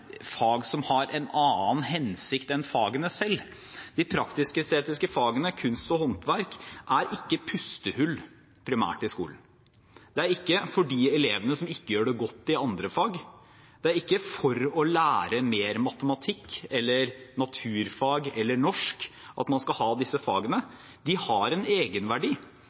fag som har en annen hensikt enn fagene selv. De praktisk-estetiske fagene kunst og håndverk er ikke primært pustehull i skolen. De er ikke for de elevene som ikke gjør det godt i andre fag. Det er ikke for å lære mer matematikk eller naturfag eller norsk at man skal ha disse fagene. De har en egenverdi.